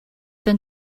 then